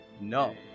No